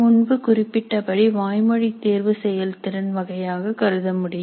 முன்பு குறிப்பிட்ட படி வாய்மொழித் தேர்வு செயல்திறன் வகையாக கருதமுடியும்